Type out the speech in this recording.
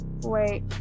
Wait